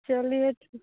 चलिए